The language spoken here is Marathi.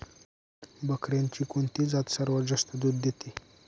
बकऱ्यांची कोणती जात सर्वात जास्त दूध देते?